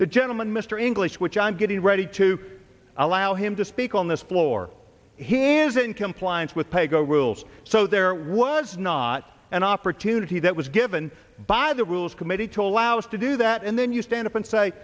the gentleman mr english which i'm getting ready to allow him to speak on this floor he is in compliance with pay go rules so there was not an opportunity that was given by the rules committee to allow us to do that and then you stand up and say